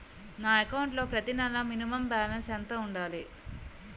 నా అకౌంట్ లో ప్రతి నెల మినిమం బాలన్స్ ఎంత ఉండాలి?